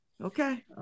Okay